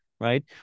Right